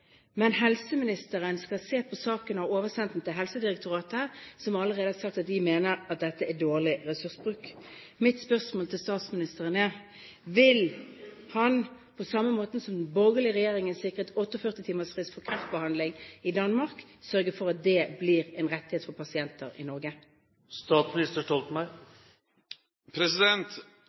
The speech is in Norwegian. men helseministeren skal se på saken og har oversendt den til Helsedirektoratet, som allerede har sagt at de mener at dette er dårlig ressursbruk. Mitt spørsmål til statsministeren er: Vil han, på samme måten som den borgerlige regjeringen i Danmark sikret 48-timersfrist for kreftdiagnose, sørge for at det blir en rettighet for pasienter i Norge?